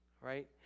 Right